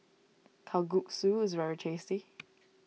Kalguksu is very tasty